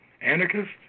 anarchist